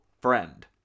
friend